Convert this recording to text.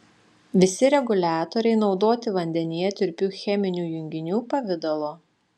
visi reguliatoriai naudoti vandenyje tirpių cheminių junginių pavidalo